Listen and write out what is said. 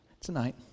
tonight